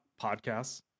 podcasts